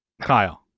kyle